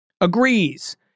agrees